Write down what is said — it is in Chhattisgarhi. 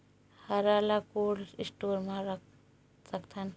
हरा ल कोल्ड स्टोर म रख सकथन?